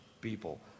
people